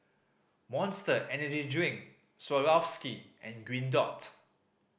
Monster Energy Drink Swarovski and Green Dot